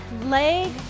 leg